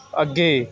ਅੱਗੇ